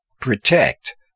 Protect